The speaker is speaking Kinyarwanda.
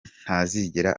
ntazigera